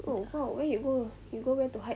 oh !wow! where you go you go where to hike